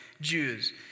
Jews